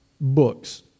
books